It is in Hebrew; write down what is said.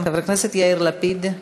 חבר הכנסת יאיר לפיד,